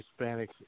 Hispanics